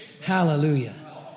Hallelujah